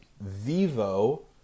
Vivo